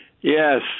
Yes